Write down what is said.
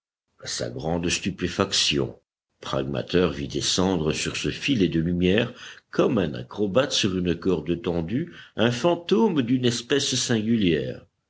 sa grande stupéfaction pragmater vit descendre sur ce filet de lumière comme un acrobate sur une corde tendue un fantôme d'une espèce singulière